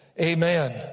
Amen